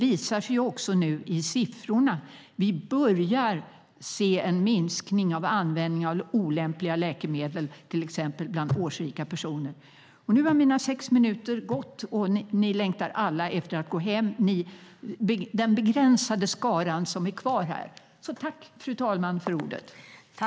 Siffrorna visar nu att vi börjar få en minskning av användningen av olämpliga läkemedel, till exempel bland årsrika personer.